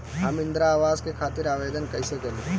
हम इंद्रा अवास के खातिर आवेदन कइसे करी?